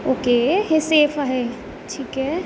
okay हे safe आहे ठीक आहे